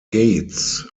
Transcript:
gates